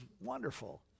wonderful